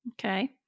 Okay